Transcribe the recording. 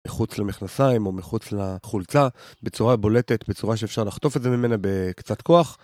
מחוץ למכנסיים או מחוץ לחולצה בצורה בולטת בצורה שאפשר לחטוף את זה ממנה בקצת כוח